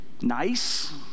nice